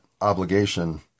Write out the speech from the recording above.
obligation